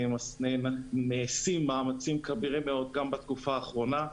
נעשים מאמצים כבירים בתקופה האחרונה,